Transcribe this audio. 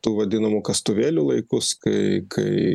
tų vadinamų kastuvėlių laikus kai kai